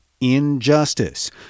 injustice